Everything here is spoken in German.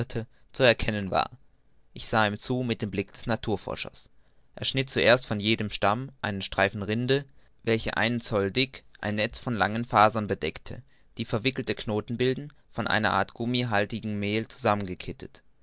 zu erkennen war ich sah ihm zu mit dem blick des naturforschers er schnitt zuerst von jedem stamm einen streifen rinde welche einen zoll dick ein netz von langen fasern bedeckte die verwickelte knoten bilden von einer art gummihaltigem mehl